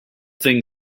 thing